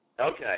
Okay